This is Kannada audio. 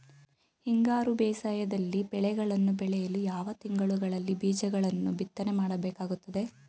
ಹಿಂಗಾರು ಬೇಸಾಯದಲ್ಲಿ ಬೆಳೆಗಳನ್ನು ಬೆಳೆಯಲು ಯಾವ ತಿಂಗಳುಗಳಲ್ಲಿ ಬೀಜಗಳನ್ನು ಬಿತ್ತನೆ ಮಾಡಬೇಕಾಗುತ್ತದೆ?